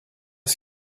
est